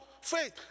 faith